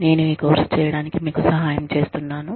నేను ఈ కోర్సు చేయడానికి మీకు సహాయం చేస్తున్నాను